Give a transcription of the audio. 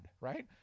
right